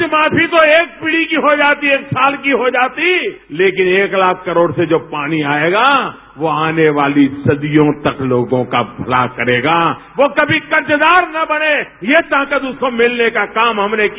कर्ज माफी तो एक पीढ़ी की हो जाती है एक साल की हो जाती लेकिन एक लाख करोड़ से जो पनी आएगा वो आने वाली सदियों तक लोगों का भला करेगा वो कभी कर्जदार न बने ये ताकत उसको मिलने का काम हमने किया